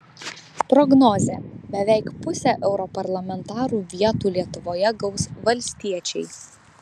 prognozė beveik pusę europarlamentarų vietų lietuvoje gaus valstiečiai